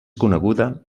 coneguda